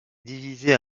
divisé